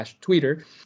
twitter